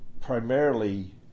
primarily